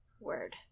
Word